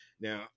Now